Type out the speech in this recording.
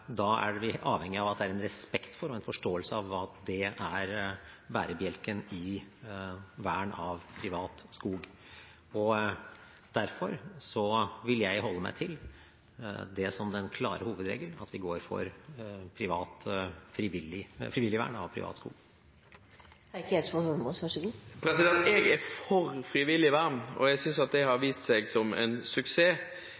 da er vi avhengig av at det er en respekt for og en forståelse av at det er bærebjelken i vern av privat skog. Derfor vil jeg holde meg til dette som den klare hovedregel, at vi går for frivillig vern av privat skog. Jeg er for frivillig vern, og jeg synes det har vist seg som en suksess. Men det er sånn at med det